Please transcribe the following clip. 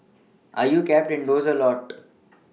are you kept indoors a lot